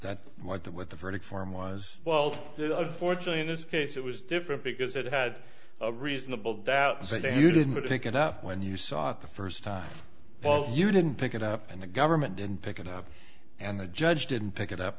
that's what the what the verdict form was well that unfortunately in this case it was different because it had a reasonable doubt to say you didn't pick it up when you saw it the first time well you didn't pick it up and the government didn't pick it up and the judge didn't pick it up